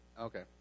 Okay